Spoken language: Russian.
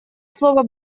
слово